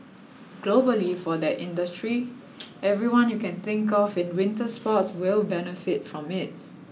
globally for that industry everyone you can think of in winter sports will benefit from it